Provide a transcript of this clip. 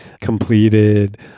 completed